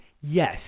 Yes